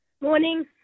Morning